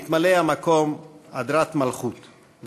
מתמלא המקום הדרת מלכות,